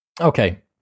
Okay